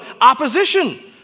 opposition